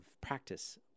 practice